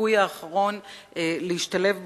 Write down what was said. הסיכוי האחרון להשתלב בחברה,